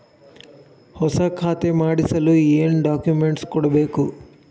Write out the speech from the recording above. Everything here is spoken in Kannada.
ಹೊಸ ಖಾತೆ ಮಾಡಿಸಲು ಏನು ಡಾಕುಮೆಂಟ್ಸ್ ಕೊಡಬೇಕು?